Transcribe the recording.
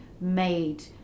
made